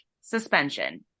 suspension